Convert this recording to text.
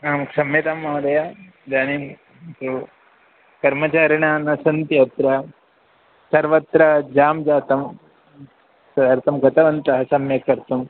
आं क्षम्यतां महोदय इदानीं तु कर्मचारिणा न सन्ति अत्र सर्वत्र जां जातं तदर्थं गतवन्तः सम्यक् कर्तुम्